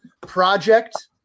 Project